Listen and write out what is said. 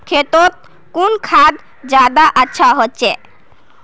खेतोत कुन खाद ज्यादा अच्छा होचे?